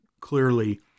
clearly